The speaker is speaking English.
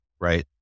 right